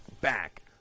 back